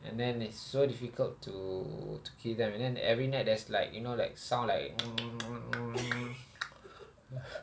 and then it's so difficult to to kill them and then every night there's like you know like sound like